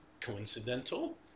coincidental